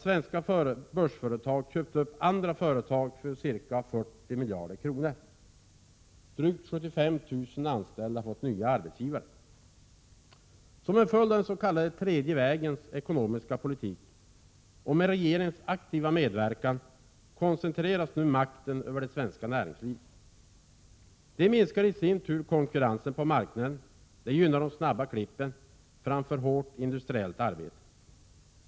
Svenska börsföretag har köpt upp andra företag för sammanlagt ca 40 miljarder kronor. Drygt 75 000 anställda har fått nya arbetsgivare. Som en följd av den s.k. tredje vägens ekonomiska politik, med regeringens aktiva medverkan, koncentreras nu makten över det svenska näringslivet. Det i sin tur gör att konkurrensen minskar på marknaden. Det gynnar de snabba klippen, i jämförelse med hårt industriellt arbete.